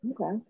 okay